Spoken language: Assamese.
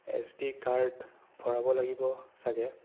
এছ ডি কাৰ্ড ভৰাব লাগিব ছাগে